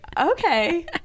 okay